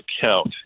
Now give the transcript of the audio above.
account